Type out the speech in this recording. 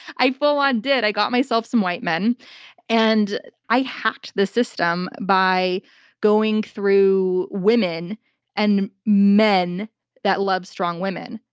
i full on did. i got myself some white men and i hacked the system by going through women and men that love strong women.